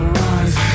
rise